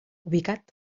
ubicat